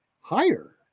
Higher